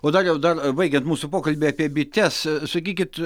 o dariau dar baigiant mūsų pokalbį apie bites sakykit